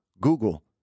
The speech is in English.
Google